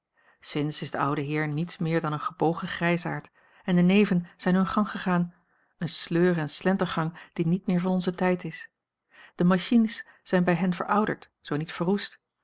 sinds is de oude heer niets meer dan een gebogen grijsaard en de neven zijn hun gang gegaan een sleur en slentergang die niet meer van onzen tijd is de machines zijn bij hen verouderd zoo niet verroest